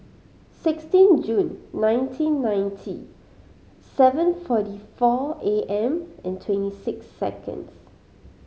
sixteen June nineteen ninety seven forty four A M and twenty six seconds